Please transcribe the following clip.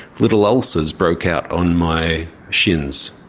little ulcers broke out on my shins.